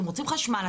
אתם רוצים חשמל,